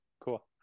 Cool